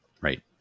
right